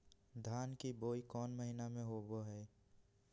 धान की बोई कौन महीना में होबो हाय?